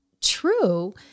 true